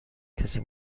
کسی